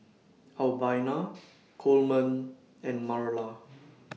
Albina Coleman and Marla